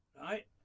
Right